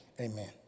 Amen